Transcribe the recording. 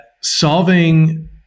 solving